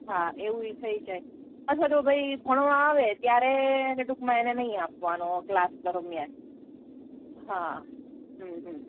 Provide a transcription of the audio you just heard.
હા એવુંય થઈ જાય અથવા તો ભાઈ ભણવા આવે ત્યારે એને ટુંકમાં એને નહી આપવાનો ક્લાસ દરમિયાન હા હમ હમ